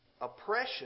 Oppression